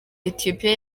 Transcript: etiyopiya